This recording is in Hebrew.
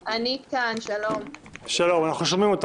היום: